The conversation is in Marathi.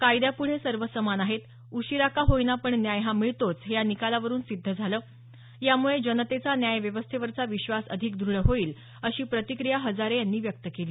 कायद्यापुढे सर्व समान आहेत उशीरा का होईना पण न्याय हा मिळतोच हे या निकालावरून सिद्ध झालं यामुळे जनतेचा न्याय व्यवस्थेवरचा विश्वास अधिक दृढ होईल अशी प्रतिक्रिया हजारे यांनी व्यक्त केली